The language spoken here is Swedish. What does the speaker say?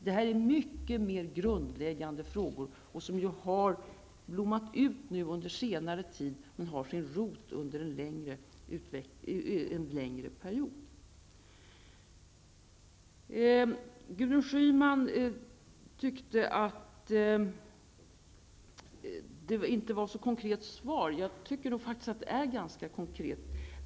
Detta är mycket mer grundläggande frågor som har blommat upp under senare tid, men som har sin rot i en utveckling under en längre period. Gudrun Schyman tyckte att svaret inte var så konkret. Jag tycker faktiskt att det är ganska konkret.